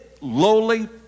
lowly